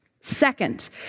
Second